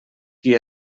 qui